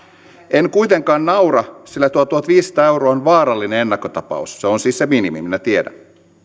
en kuitenkaan naura sillä tuo tuhatviisisataa euroa on vaarallinen ennakkotapaus se on siis se minimi minä tiedän